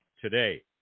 today